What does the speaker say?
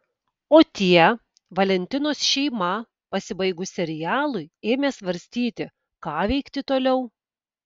o tie valentinos šeima pasibaigus serialui ėmė svarstyti ką veikti toliau